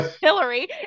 Hillary